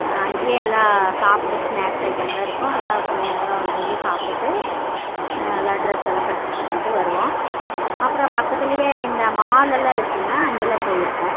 அங்கேயே எல்லாம் சாப்புடுறதுக்கு ஸ்னாக்ஸ் ஐட்டமெல்லாம் இருக்கும் எல்லாம் கொஞ்ச நேரம் இருந்து சாப்பிடுட்டு எல்லா ட்ரெஸ்லாம் பர்ச்சேஸ் பண்ணிகிட்டு வருவோம் அப்புறோம் பக்கத்திலயே இந்த மாலெல்லாம் இருக்குதுங்க அங்கெலாம் போயிருக்கோம்